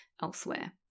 elsewhere